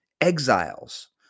exiles